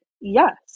Yes